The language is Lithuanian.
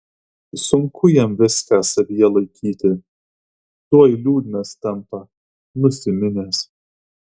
sunku jam viską savyje laikyti tuoj liūdnas tampa nusiminęs